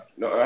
no